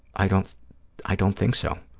i don't i don't think so.